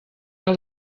que